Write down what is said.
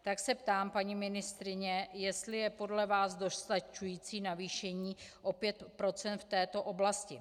Tak se ptám, paní ministryně, jestli je podle vás dostačující navýšení o 5 procent v této oblasti.